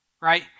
right